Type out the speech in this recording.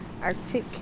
Arctic